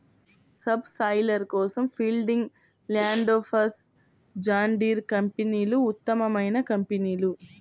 sub soiler కోసం Fieldking, Landforce, John Deere కంపెనీలు ఉత్తమమైన కంపెనీలు